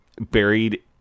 buried